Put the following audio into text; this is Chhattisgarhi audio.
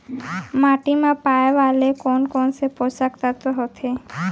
माटी मा पाए वाले कोन कोन से पोसक तत्व होथे?